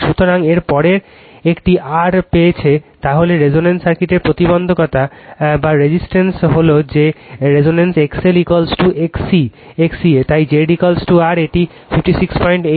সুতরাং এর পরের একটি R পেয়েছে তাহলে রেজোনেন্সের সার্কিটের প্রতিবন্ধকতা হল যে রেজোনেন্স XLXC এ তাই ZR এটি 568 Ω